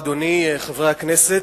אדוני היושב-ראש, חברי הכנסת,